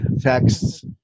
texts